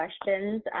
questions